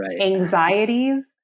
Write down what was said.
anxieties